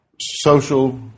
social